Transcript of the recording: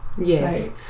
yes